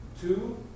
two